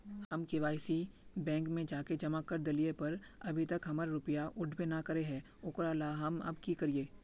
हम KYC bank में जाके जमा कर देलिए पर अभी तक हमर रुपया उठबे न करे है ओकरा ला हम अब की करिए?